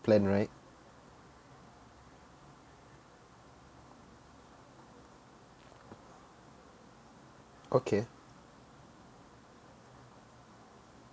plan right okay